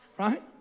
right